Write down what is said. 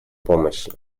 помощи